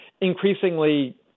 increasingly